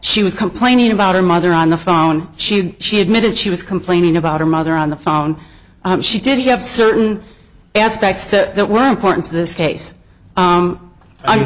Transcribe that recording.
she was complaining about her mother on the phone she she admitted she was complaining about her mother on the phone she did he have certain aspects to that were important to this case